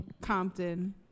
Compton